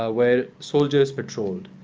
ah where soldiers patrolled.